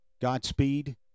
Godspeed